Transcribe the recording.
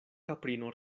kaprino